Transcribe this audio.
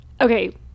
Okay